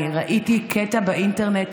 אני ראיתי קטע באינטרנט